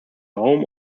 home